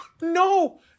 No